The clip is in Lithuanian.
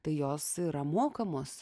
tai jos yra mokamos